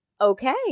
okay